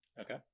Okay